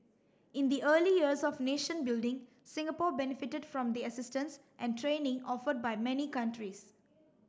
in the early years of nation building Singapore benefited from the assistance and training offered by many countries